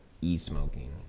e-smoking